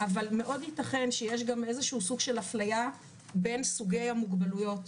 אבל מאוד ייתכן שיש גם איזושהי סוג של אפליה בין סוגי המוגבלויות,